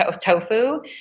tofu